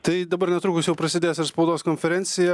tai dabar netrukus jau prasidės ir spaudos konferencija